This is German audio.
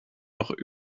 noch